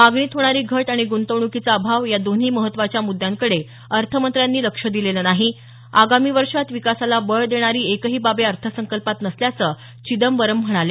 मागणीत होणारी घट आणि गृंतवण्कीचा अभाव या दोन्ही महत्त्वाच्या मुद्यांकडे अर्थमंत्र्यांनी लक्ष दिलेलं नाही आगामी वर्षात विकासाला बळ देणारी एकही बाब या अर्थसंकल्पात नसल्याचं चिदंबरम म्हणाले